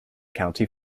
county